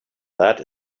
that